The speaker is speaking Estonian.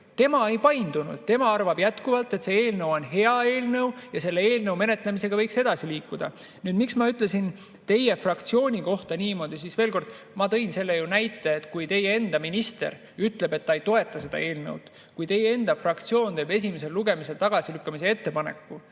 tema ei paindunud, tema arvab jätkuvalt, et see eelnõu on hea eelnõu ja selle eelnõu menetlemisega võiks edasi liikuda. Miks ma ütlesin teie fraktsiooni kohta niimoodi? Veel kord, ma tõin ju selle näite, et teie enda minister ütleb, et ta ei toeta seda eelnõu, ja teie enda fraktsioon teeb esimesel lugemisel tagasilükkamise ettepaneku.